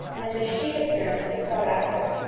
and a chic appearance was sought after.